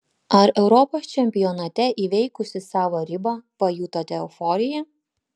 ar europos čempionate įveikusi savo ribą pajutote euforiją